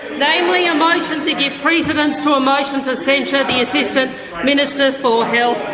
namely a motion to give precedence to a motion to censure the assistant minister for health,